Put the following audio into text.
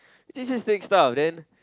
we just take stuff then